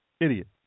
Idiot